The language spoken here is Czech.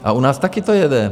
A u nás taky to jede.